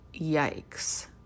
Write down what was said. Yikes